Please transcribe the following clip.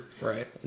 Right